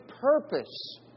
purpose